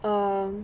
um